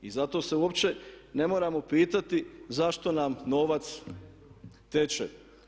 I zato se uopće ne moramo pitati zašto nam novac teče.